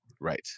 Right